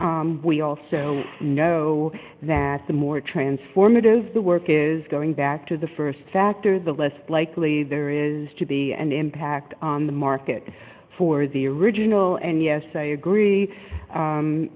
we also know that the more transformative the work is going back to the st factor the less likely there is to be an impact on the market for the original and yes i agree